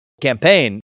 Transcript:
campaign